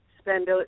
spend